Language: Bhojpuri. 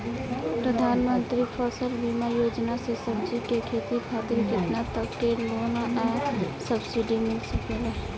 प्रधानमंत्री फसल बीमा योजना से सब्जी के खेती खातिर केतना तक के लोन आ सब्सिडी मिल सकेला?